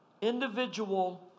individual